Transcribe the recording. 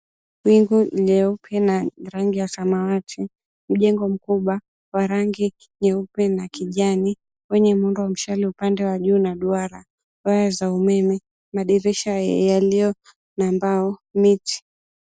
Wingu nyeupe na rangi ya samawati, mjengo mkubwa wa rangi nyeupe na kijani wenye muundo wa mshale upande wa juu na duara, waya za umeme, madirisha yaliyo na mbao, miti.